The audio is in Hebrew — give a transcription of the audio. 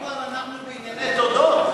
אם כבר אנחנו בענייני תודות,